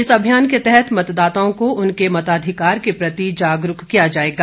इस अभियान के तहत मतदाताओं को उनके मताधिकार के प्रति जागरूक किया जाएगा